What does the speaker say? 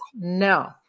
No